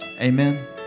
amen